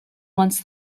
once